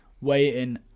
waiting